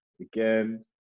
again